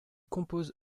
compose